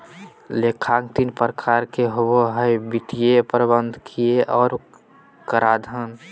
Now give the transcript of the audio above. लेखांकन तीन प्रकार के होबो हइ वित्तीय, प्रबंधकीय और कराधान